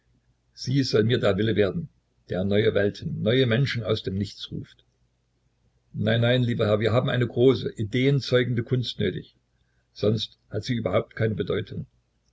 sie soll mir der wille werden der neue welten neue menschen aus dem nichts ruft nein nein lieber herr wir haben eine große ideenzeugende kunst nötig sonst hat sie überhaupt keine bedeutung